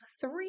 three